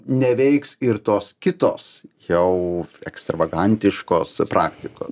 neveiks ir tos kitos jau ekstravagantiškos praktikos